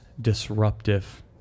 disruptive